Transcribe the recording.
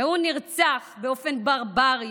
והוא נרצח באופן ברברי,